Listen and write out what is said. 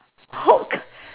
hook